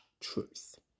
truth